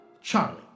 Charlie